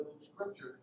scripture